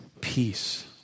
peace